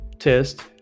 Test